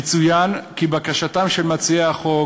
יצוין כי בקשתם של מציעי החוק